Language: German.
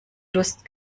durst